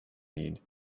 need